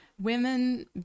women